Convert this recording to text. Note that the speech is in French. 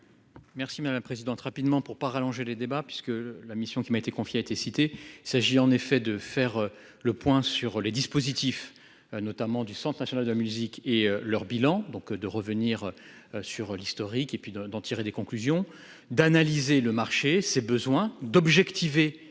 Merci ma présidente rapidement pour pas rallonger les débats puisque la mission qui m'a été confié, a été cité s'agit en effet de faire le point sur les dispositifs notamment du Centre national de la musique et leur bilan donc de revenir sur l'historique et puis d'en tirer des conclusions d'analyser le marché, ses besoins d'objectiver